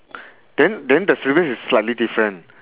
then then the syllabus is slightly different